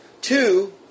Two